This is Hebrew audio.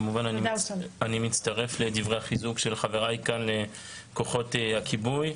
כמובן אני מצטרף לדברי החיזוק של חבריי כאן לכוחות הכיבוי,